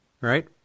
Right